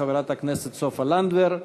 חברת הכנסת סופה לנדבר.